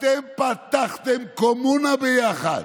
אתם פתחתם קומונה ביחד.